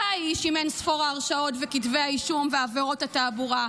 אתה האיש עם אין-ספור ההרשעות וכתבי האישום ועבירות התעבורה.